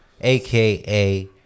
AKA